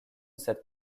cette